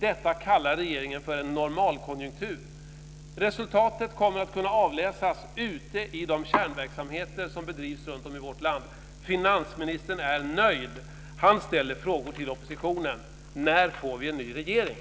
Detta kallar regeringen en normalkonjunktur. Resultatet kommer att kunna avläsas ute i de kärnverksamheter som bedrivs runtom i vårt land. Finansministern är nöjd. Han ställer frågor till oppositionen. När får vi en ny regering?